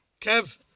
Kev